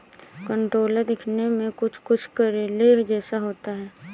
कंटोला दिखने में कुछ कुछ करेले जैसा होता है